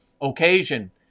occasion